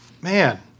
Man